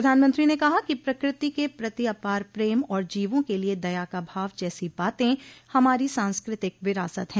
प्रधानमंत्री ने कहा कि प्रकृति के प्रति अपार प्रेम और जीवों के लिए दया का भाव जैसी बातें हमारी सांस्कृतिक विरासत हैं